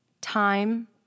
time